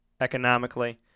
economically